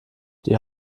die